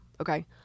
okay